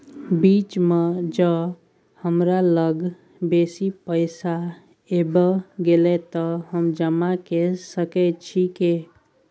बीच म ज हमरा लग बेसी पैसा ऐब गेले त हम जमा के सके छिए की?